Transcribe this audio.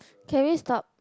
can we stop